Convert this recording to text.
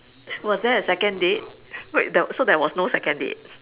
was there a second date wait there so there was no second date